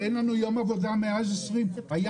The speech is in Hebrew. אבל אין לנו יום עבודה מאז שנת 2020. היה